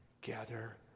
gather